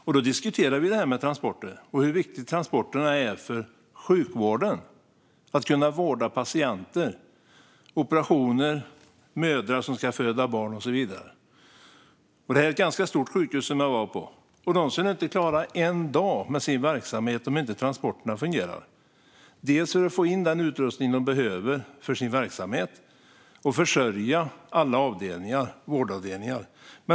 Vi diskuterade då transporter och hur viktiga de är för sjukvården för att kunna vårda patienter, för operationer och för kvinnor som ska föda barn. Jag var på ett ganska stort sjukhus. De skulle inte klara sin verksamhet en enda dag om transporterna inte fungerade. De behöver få in den utrustning de behöver för sin verksamhet för att kunna försörja alla vårdavdelningar.